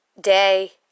day